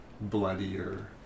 bloodier